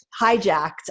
hijacked